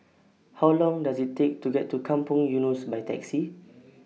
How Long Does IT Take to get to Kampong Eunos By Taxi